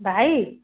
भाइ